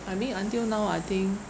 I mean until now I think